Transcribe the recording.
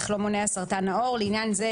לא מונע סרטן העור"; לעניין זה,